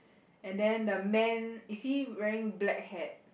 and then the man is he wearing black hat